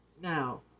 Now